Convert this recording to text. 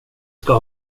ska